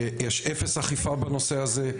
יש אפס אכיפה בנושא הזה,